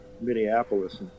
Minneapolis